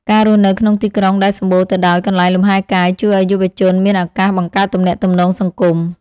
ការរស់នៅក្នុងទីក្រុងដែលសម្បូរទៅដោយកន្លែងលំហែកាយជួយឱ្យយុវជនមានឱកាសបង្កើតទំនាក់ទំនងសង្គម។